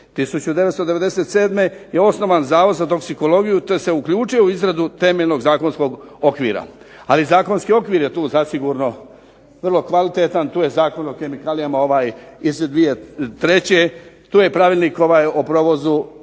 1997. je osnovan Zavod za toksikologiju te se uključio u izradu temeljnog zakonskog okvira, ali zakonski okvir je tu zasigurno vrlo kvalitetan, tu je Zakon o kemikalijama ovaj iz 2003., tu je pravilnik ovaj o provozu